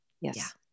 Yes